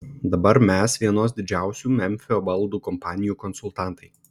dabar mes vienos didžiausių memfio baldų kompanijų konsultantai